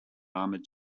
armored